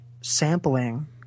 sampling